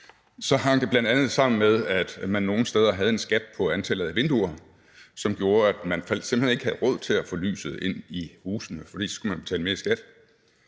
så hang det bl.a. sammen med, at man nogle steder havde en skat på antallet af vinduer, som gjorde, at man simpelt hen ikke havde råd til at få lyset ind i husene. For så skulle man betale mere i skat.